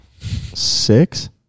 Six